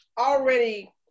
already